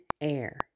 air